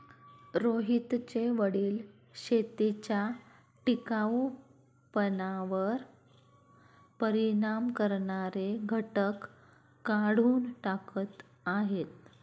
रोहितचे वडील शेतीच्या टिकाऊपणावर परिणाम करणारे घटक काढून टाकत आहेत